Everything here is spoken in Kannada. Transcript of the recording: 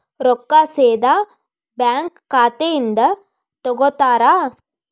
ರೊಕ್ಕಾ ಸೇದಾ ಬ್ಯಾಂಕ್ ಖಾತೆಯಿಂದ ತಗೋತಾರಾ?